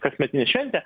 kasmetinę šventę